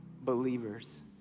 believers